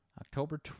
October